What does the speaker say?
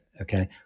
Okay